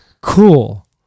cool